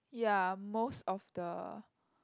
ya most of the